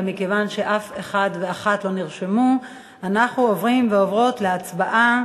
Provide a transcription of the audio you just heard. ומכיוון שאף אחד ואחת לא נרשמו אנחנו עוברים ועוברות להצבעה